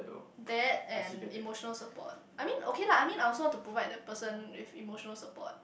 that and emotional support I mean okay lah I mean I also want to provide the person with emotional support